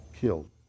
killed